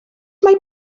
mae